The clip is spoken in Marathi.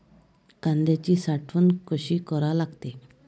कांद्याची साठवन कसी करा लागते?